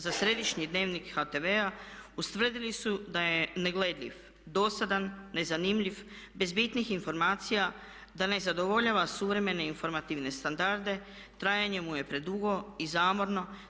Za središnji Dnevnik HTV-a ustvrdili su da je negledljiv, dosadan, nezanimljiv, bez bitnih informacija, da ne zadovoljava suvremene informativne standarde, trajanje mu je predugo i zamorno.